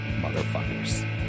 motherfuckers